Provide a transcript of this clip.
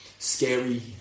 Scary